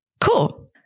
cool